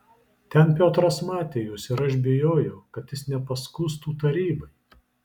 ten piotras matė jus ir aš bijojau kad jis nepaskųstų tarybai